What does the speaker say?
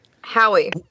Howie